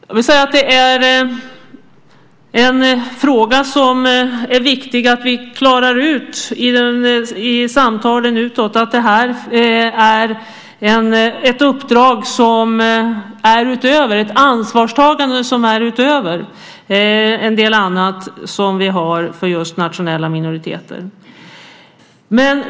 Jag vill säga att detta är en fråga som det är viktigt att vi klarar ut i samtalen utåt, att detta är ett ansvarstagande utöver en del annat som vi har för just nationella minoriteter.